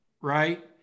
right